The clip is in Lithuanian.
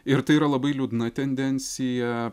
ir tai yra labai liūdna tendencija